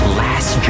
last